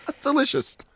Delicious